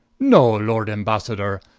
no lord ambassador,